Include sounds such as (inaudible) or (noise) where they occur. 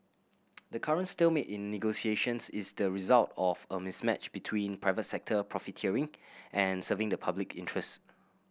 (noise) the current stalemate in negotiations is the result of a mismatch between private sector profiteering and serving the public interest